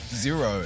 Zero